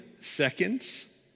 seconds